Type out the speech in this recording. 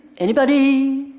anybody?